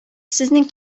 сезнең